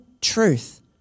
truth